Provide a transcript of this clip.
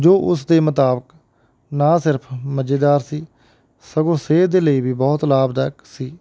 ਜੋ ਉਸ ਦੇ ਮੁਤਾਬਿਕ ਨਾ ਸਿਰਫ ਮਜੇਦਾਰ ਸੀ ਸਗੋਂ ਸਿਹਤ ਦੇ ਲਈ ਵੀ ਬਹੁਤ ਲਾਭਦਾਇਕ ਸੀ